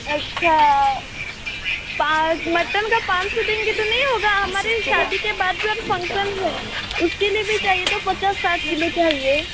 अच्छा का मटन का पाँच सौ देंगे तो नहीं होगा हमारे यहाँ शादी के बाद भी फंक्शंस हैं उसके लिए भी चाहिए था पचास साठ किलो चाहिए